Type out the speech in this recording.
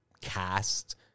cast